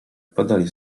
podali